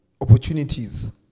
opportunities